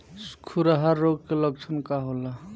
खुरहा रोग के लक्षण का होला?